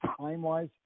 time-wise